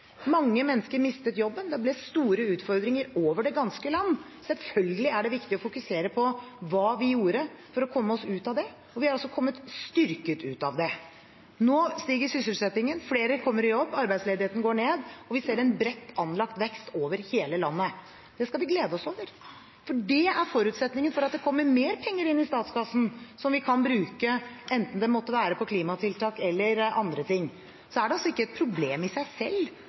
Mange mennesker mistet jobben, det ble store utfordringer over det ganske land. Selvfølgelig er det viktig å fokusere på hva vi gjorde for å komme oss ut av det, og vi er altså kommet styrket ut av det. Nå stiger sysselsettingen, flere kommer i jobb, arbeidsledigheten går ned, og vi ser en bredt anlagt vekst over hele landet. Det skal vi glede oss over, for det er forutsetningen for at det kommer mer penger inn i statskassen, som vi kan bruke – enten det måtte være på klimatiltak eller på andre ting. Det er ikke et problem i seg selv